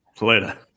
Later